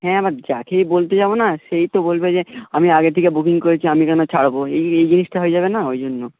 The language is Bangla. হ্যাঁ এবার যাকেই বলতে যাব না সেই তো বলবে যে আমি আগে থেকে বুকিং করেছি আমি কেন ছাড়ব এই এই জিনিসটা হয়ে যাবে না ওই জন্য